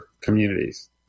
communities